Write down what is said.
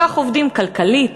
כך עובדים כלכלית,